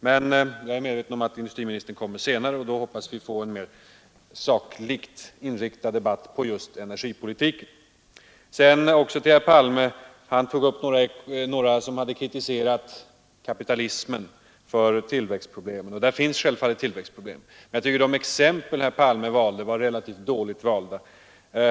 Men jag är medveten om att industriministern återkommer senare, och då hoppas vi få en debatt som är mer sakligt inriktad på just energipolitiken. Herr Palme tog upp uttalanden av några som hade kritiserat kapitalismen för tillväxtproblemen, och där finns självfallet tillväxtproblem. Men jag tycker att de exempel herr Palme valde var dåligt valda.